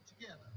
together